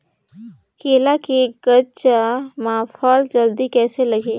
केला के गचा मां फल जल्दी कइसे लगही?